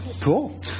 cool